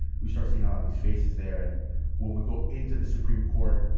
we start seeing all these faces there. and when we go into the supreme court,